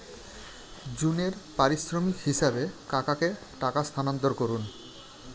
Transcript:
জুনের পারিশ্রমিক হিসাবে কাকাকে টাকা স্থানান্তর করুন